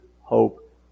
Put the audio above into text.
hope